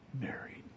married